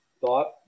thought